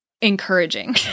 encouraging